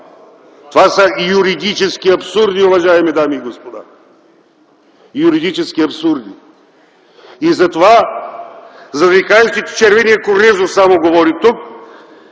Това са юридически абсурди, уважаеми дами и господа. Юридически абсурди! И затова, за да не кажете, че червеният Корнезов само говори тук,